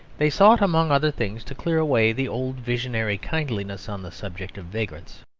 they sought among other things to clear away the old visionary kindliness on the subject of vagrants.